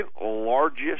largest